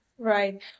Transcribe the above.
Right